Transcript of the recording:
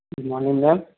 good morning ma'am